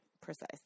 precise